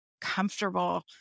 comfortable